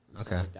Okay